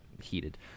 heated